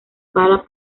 bala